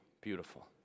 beautiful